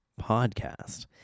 podcast